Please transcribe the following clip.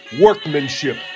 workmanship